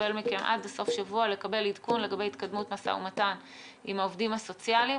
עד סוף השבוע לקבל עדכון לגבי התקדמות המשא ומתן עם העובדים הסוציאליים.